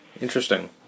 Interesting